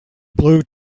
blue